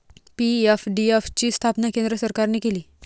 PFDF ची स्थापना केंद्र सरकारने केली